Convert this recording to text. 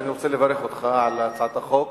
כי אני רוצה לברך אותך על הצעת החוק